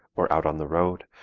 or out on the road,